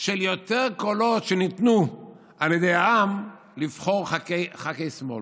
של יותר קולות שניתנו על ידי העם לח"כים של השמאל.